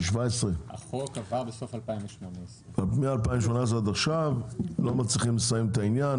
החוק עבר בסוף 2018. מ-2018 ועד עכשיו לא מצליחים לסיים את העניין,